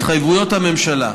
התחייבויות הממשלה: